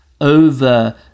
over